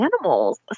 animals